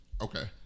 Okay